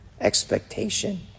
expectation